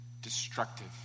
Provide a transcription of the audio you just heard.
destructive